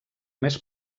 més